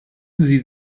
sie